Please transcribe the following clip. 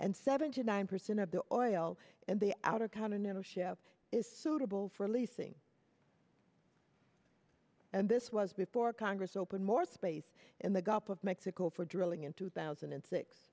and seventy nine percent of the oil and the outer continental shelf is suitable for leasing and this was before congress opened more space in the gulf of mexico for drilling in two thousand and six